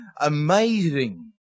amazing